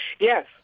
Yes